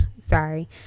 Sorry